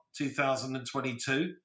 2022